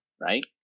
right